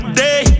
day